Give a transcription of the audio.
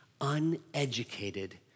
uneducated